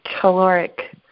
Caloric